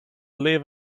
live